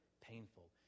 painful